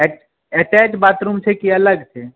attached bathroom छै की अलग छै